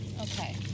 Okay